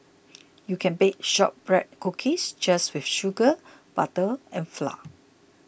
you can bake Shortbread Cookies just with sugar butter and flour